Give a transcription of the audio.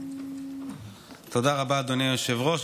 תודה רבה, אדוני היושב-ראש.